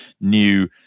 new